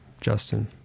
Justin